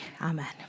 amen